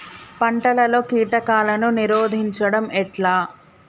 పంటలలో కీటకాలను నిరోధించడం ఎట్లా?